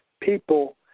people